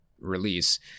release